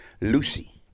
Lucy